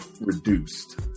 reduced